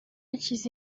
nshyize